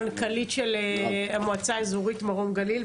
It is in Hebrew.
המנכ"לית של המועצה האזורית מרום בגליל,